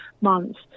months